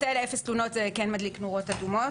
האלה אפס תלונות זה כן מדליק נורות אדומות.